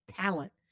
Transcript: talent